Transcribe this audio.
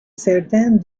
certains